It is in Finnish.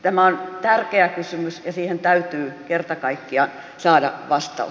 tämä on tärkeä kysymys ja siihen täytyy kerta kaikkiaan saada vastaus